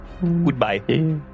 Goodbye